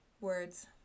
words